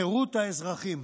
חירות האזרחים.